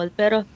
pero